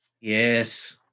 Yes